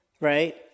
right